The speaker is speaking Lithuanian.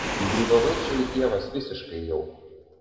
nugrybavai čia į pievas visiškai jau